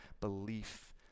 belief